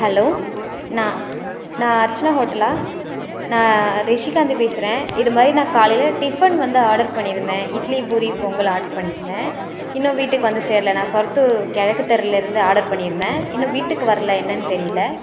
hello நான் நான் அர்ச்சனா ஹோட்டல்லா நான் ரெஷிகாந்தி பேசுகிறேன் இதுமாதிரி நான் காலையில டிபன் வந்து ஆர்டர் பண்ணிருந்தேன் இட்லி பூரி பொங்கல் ஆர்டர் பண்ணிருந்தேன் இன்னும் வீட்டுக்கு வந்து சேரல நான் சொர்த்தூர் கிழக்கு தெருல இருந்து ஆர்டர் பண்ணிருந்தேன் இன்னும் வீட்டுக்கு வரல என்னென்னு தெரியல